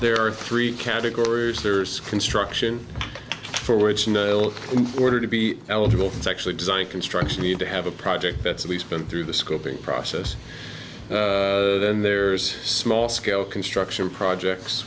there are three categories there's construction forward order to be eligible to actually design construction need to have a project that's we've been through the scoping process then there's small scale construction projects